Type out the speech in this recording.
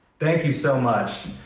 thank you so much.